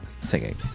singing